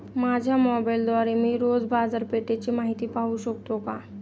माझ्या मोबाइलद्वारे मी रोज बाजारपेठेची माहिती पाहू शकतो का?